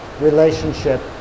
relationship